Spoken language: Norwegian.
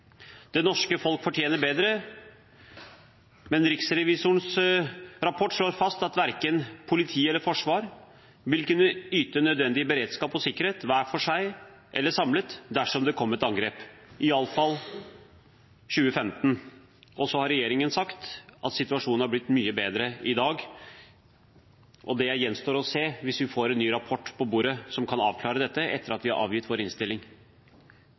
Det norske folk fortjener bedre, men riksrevisorens rapport slår fast at verken politi eller forsvar vil kunne yte nødvendig beredskap og sikkerhet hver for seg eller samlet dersom det kom et angrep, i alle fall til 2015. Regjeringen har sagt at situasjonen har blitt mye bedre i dag. Det gjenstår å se hvis vi får en ny rapport på bordet som kan avklare dette, etter at vi har avgitt vår innstilling.